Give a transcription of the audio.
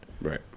Right